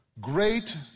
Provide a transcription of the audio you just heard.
great